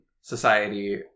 society